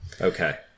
okay